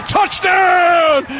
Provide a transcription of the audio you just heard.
Touchdown